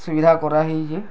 ସୁବିଧା କରା ହେଇଛି